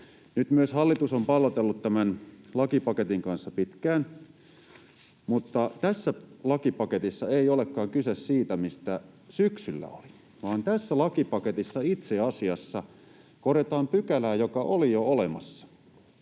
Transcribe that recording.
Nyt myös hallitus on pallotellut tämän lakipaketin kanssa pitkään, mutta tässä lakipaketissa ei olekaan kyse siitä, mistä syksyllä oli, vaan tässä lakipaketissa itse asiassa korjataan pykälää, joka oli jo olemassa.